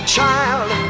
Child